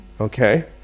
Okay